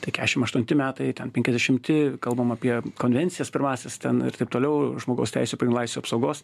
tai kešim aštunti metai ten penkiasdešimti kalbam apie konvencijas pirmąsias ten ir taip toliau žmogaus teisių pagin laisvių apsaugos